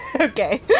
Okay